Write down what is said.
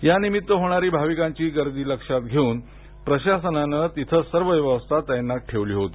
यानिमित्त होणारी भाविकांची गर्दी लक्ष्यात घेऊन प्रशासनान तिथं सर्व व्यवस्था तैनात ठेवली होती